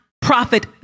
profit